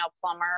plumber